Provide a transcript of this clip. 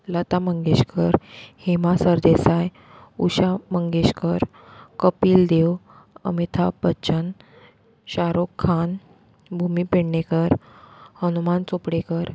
लता मंगेश्कर हेमा सरदेसाय उशा मंगेश्कर कपील देव अमिता बच्चन सोरूख खान भुमी पेडणेकर हमुनाम चोपडेकर